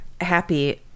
happy